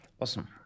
Awesome